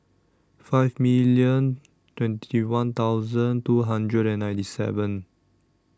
five million twenty one thousand two hundred and ninety seven